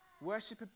Worship